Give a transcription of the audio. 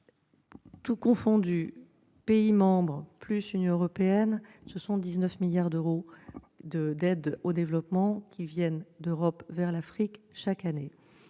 à l'Afrique. Pays membres et Union européenne confondus, ce sont 19 milliards d'euros d'aide au développement qui viennent d'Europe vers l'Afrique chaque année.